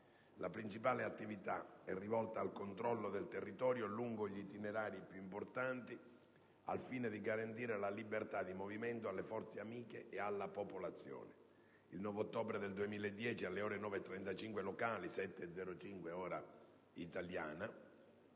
La principale attività è rivolta al controllo del territorio lungo gli itinerari più importanti, al fine di garantire la libertà di movimento alle forze amiche e alla popolazione. Il 9 ottobre 2010, alle ore 9,35 locali (7,05 ora italiana),